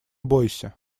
бойся